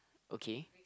okay